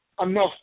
enough